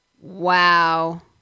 Wow